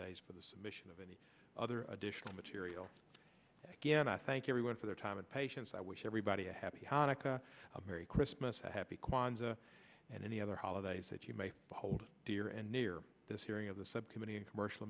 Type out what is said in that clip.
days for the submission of any other additional material again i thank everyone for their time and patience i wish everybody a happy hanukkah a merry christmas happy kwanzaa and any other holidays that you may hold dear and near this hearing of the subcommittee and commercial